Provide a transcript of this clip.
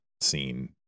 scene